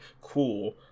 Cool